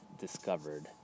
discovered